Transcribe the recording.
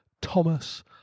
Thomas